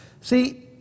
See